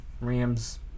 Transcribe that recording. Rams